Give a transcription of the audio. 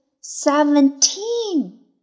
seventeen